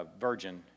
virgin